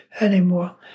anymore